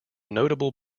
notable